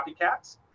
copycats